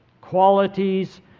Qualities